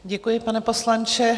Děkuji, pane poslanče.